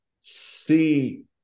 see